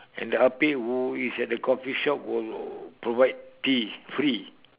and the ah pek who is at the coffee shop will provide tea free